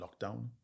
lockdown